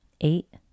Eight